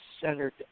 centered